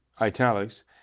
italics